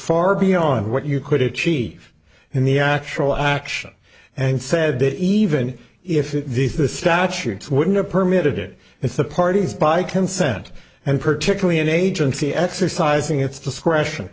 far beyond what you could achieve in the actual action and said that even if these the statutes wouldn't permit it if the parties by consent and particularly an agency exercising its discretion